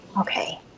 okay